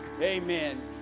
amen